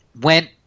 Went